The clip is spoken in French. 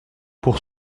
pour